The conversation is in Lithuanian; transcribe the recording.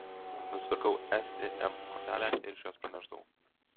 nusipirkau sim kortelę ir iš jos pranešdavau